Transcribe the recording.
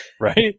Right